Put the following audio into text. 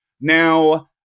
Now